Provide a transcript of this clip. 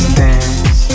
dance